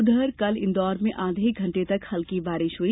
उधर कल इंदौर में आधा घंटे तक हल्की बारिश हुई